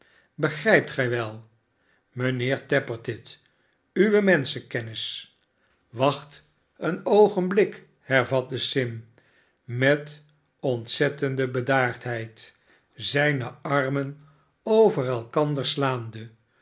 begrijpt gij wel mijnheer tappertit uwe menschenkennis wacht een oogenblik hervat f e sim met ontzettende bedaardheid zijne armen over elkander slaande